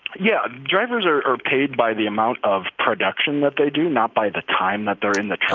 yeah drivers are are paid by the amount of production that they do, not by the time that they're in the